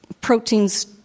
proteins